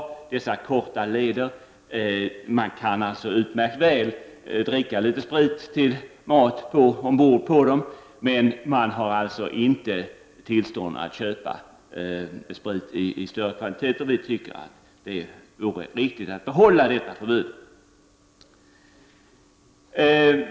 På dessa korta leder kan man alltså dricka litet sprit till maten ombord, men man har inte tillstånd att köpa sprit i större kvantiteter. Vi tycker att det vore riktigt att behålla detta förbud.